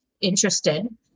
interested